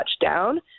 touchdown